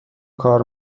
کار